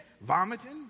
vomiting